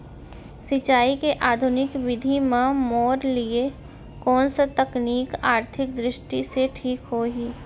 सिंचाई के आधुनिक विधि म मोर लिए कोन स तकनीक आर्थिक दृष्टि से ठीक होही?